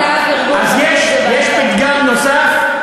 אז יש פתגם נוסף,